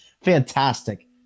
fantastic